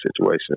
situation